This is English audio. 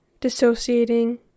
dissociating